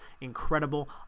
incredible